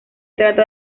trata